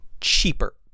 cheaper